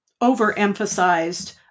overemphasized